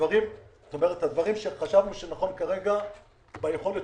את הדברים שחשבנו שנכון כרגע ביכולת